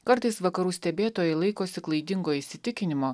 kartais vakarų stebėtojai laikosi klaidingo įsitikinimo